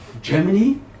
Germany